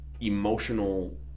emotional